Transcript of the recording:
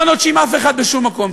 לא נוטשים אף אחד בשום מקום.